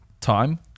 time